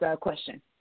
question